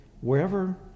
wherever